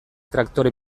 traktore